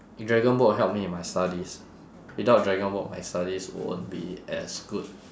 dragon boat helped me in my studies without dragon boat my studies won't be as good